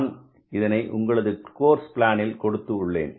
நான் இதனை உங்களது கோர்ஸ் பிளான் கொடுத்துள்ளேன்